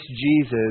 Jesus